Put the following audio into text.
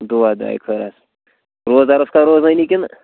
دُعا دُعایہِ خٲرا روزدر اوسکھا روزٲنی کِںہٕ